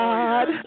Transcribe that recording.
God